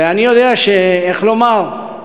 ואני יודע, איך לומר?